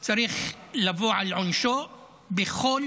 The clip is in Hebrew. צריך לבוא על עונשו בכל